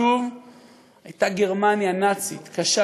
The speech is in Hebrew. אותה גרמניה נאצית קשה,